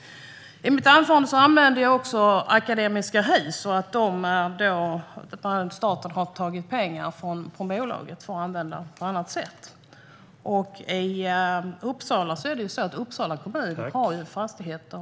I mitt anförande tog jag också upp Akademiska Hus och att staten har tagit pengar från bolaget för att använda på annat sätt. I Uppsala har kommunen fastigheter.